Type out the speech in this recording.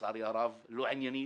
לצערי הרב, לא עניינית.